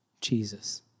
Jesus